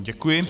Děkuji.